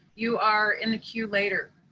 you are in the queue later.